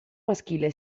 maschile